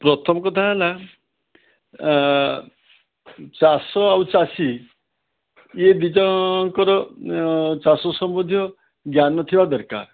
ପ୍ରଥମ କଥା ହେଲା ଚାଷ ଆଉ ଚାଷୀ ଇଏ ଦୁଇ ଜଣଙ୍କର ଚାଷ ସମ୍ବନ୍ଧୀୟ ଜ୍ଞାନ ଥିବା ଦରକାର